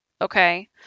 Okay